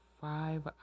five